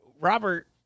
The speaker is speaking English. Robert